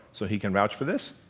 so he can vouch for this,